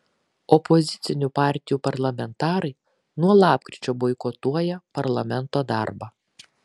opozicinių partijų parlamentarai nuo lapkričio boikotuoja parlamento darbą